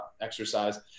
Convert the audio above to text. exercise